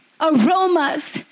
aromas